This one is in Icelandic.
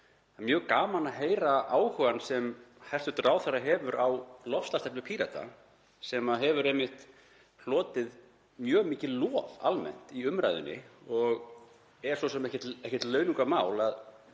mjög gaman að heyra áhugann sem hæstv. ráðherra hefur á loftslagsstefnu Pírata sem hefur einmitt hlotið mjög mikið lof almennt í umræðunni og er svo sem ekkert launungarmál